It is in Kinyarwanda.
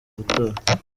gutora